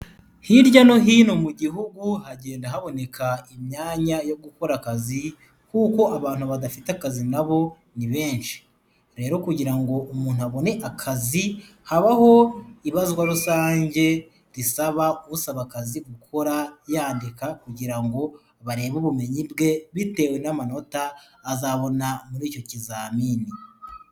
Hirya no hi no mu gihugu hagenda haboneka imyanya yo gukora akazi kuko abantu badafite akazi nabo ni benshi. Rero kugirango umuntu abone akazi habaho ibazwa rusange risaba usaba akazi gukora yandika kugira ngo barebe ubumenyi bwe bitewe n'amanota azabona muri icyo kizamini.